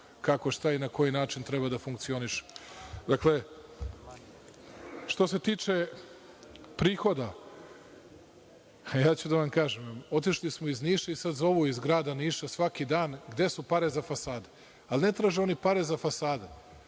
kako, šta i na koji način treba da funkcioniše. Dakle, što se tiče prihoda, a ja ću da vam kažem. Otišli smo iz Niša, i sada zovu iz grada Niša svaki dan – gde su pare za fasade. Ali ne traže oni pare za fasade,